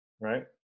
right